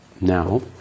now